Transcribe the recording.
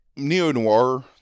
Neo-noir